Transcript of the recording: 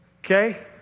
Okay